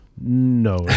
No